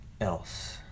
else